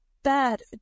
bad